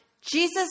Jesus